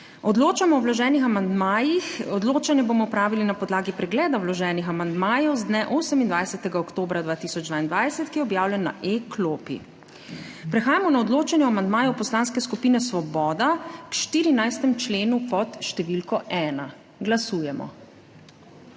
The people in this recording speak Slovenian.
Odločamo o vloženih amandmajih. Odločanje bomo opravili na podlagi pregleda vloženih amandmajev z dne 28. oktobra 2022, ki je objavljen na e-klopi. Prehajamo na odločanje o amandmaju Poslanske skupine Svoboda k 14. členu pod številko 1. Glasujemo.